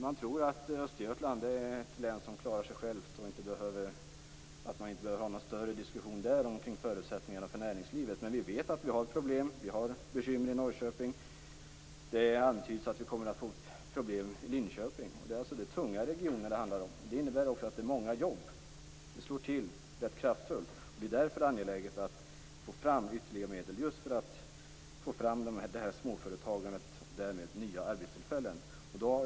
Man tror kanske att Östergötland är ett län som klarar sig självt och att det inte behöver föras någon större diskussion om förutsättningarna för näringslivet där, men vi har bekymmer i Norrköping, och det antyds också att vi kommer att få problem i Linköping. Det handlar här om tunga regioner, och det innebär också att det handlar om många jobb. Motgångar kan ge rätt kraftfulla utslag. Det är angeläget att få fram ytterligare medel för att få till stånd ett småföretagande och därmed nya arbetstillfällen.